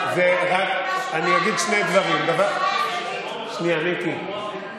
זה נועד להעיד משהו רע על ראשי הממשלה האחרים.